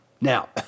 Now